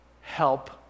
help